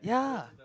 ya